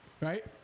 Right